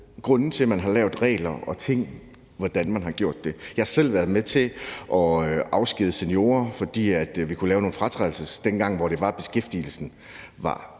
grunde til, at man har lavet regler, og til, hvordan man har gjort tingene. Jeg har selv været med til at afskedige seniorer, fordi vi kunne lave nogle fratrædelsesordninger, dengang beskæftigelsen ikke